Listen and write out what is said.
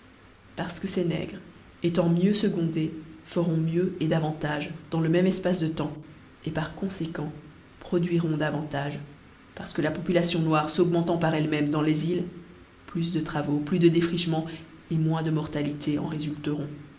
parce que ces nègres étant mieux fecondés feront mieux davantage dans le même efpace de temps par conséquent produiront davantage parce que la population noire s'augmentant par elle-même dans les mes plus de travaux plus de défi iebemens moins de mortalité en réfulreront